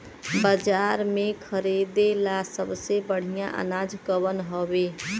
बाजार में खरदे ला सबसे बढ़ियां अनाज कवन हवे?